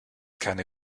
keine